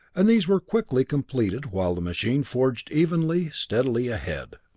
and these were quickly completed, while the machine forged evenly, steadily ahead.